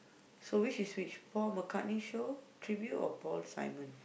so which is which Paul-McCartney show tribute or Paul-Simon